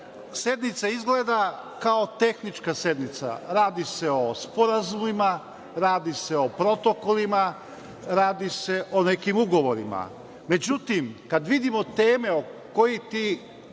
Sednica izgleda kao tehnička sednica. Radi se o sporazumima, radi se o protokolima, radi se o nekim ugovorima. Međutim, kada vidimo teme koje